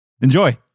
Enjoy